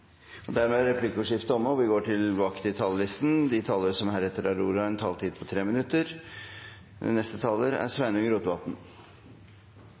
dette. Dermed er replikkordskiftet omme. De talere som heretter får ordet, har en taletid på inntil 3 minutter.